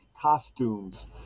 costumes